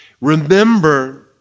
Remember